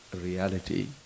reality